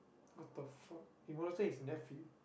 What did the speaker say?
what the fuck he molested his nephew